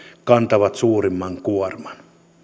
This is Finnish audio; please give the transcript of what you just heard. kantaa suurimman kuorman